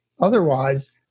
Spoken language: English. otherwise